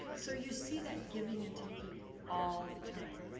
so you see that giving and taking all the time.